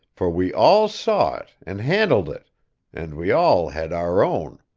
for we all saw it and handled it and we all had our own.